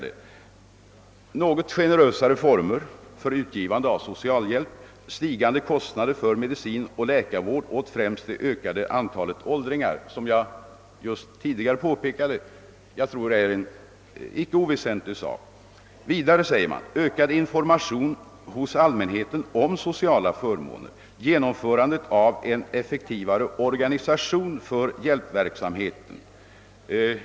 Det rör sig om något generösare former för utgivande av socialhjälp, stigande kostnader för medicin och läkarvård och främst det ökade antalet åldringar, vilket, som jag tidigare framhöll, icke är oväsentligt. Vidare talar man om ökad information bland allmänheten om sociala förmåner och genomförandet av en effektivare organisation för hjälpverksamheten.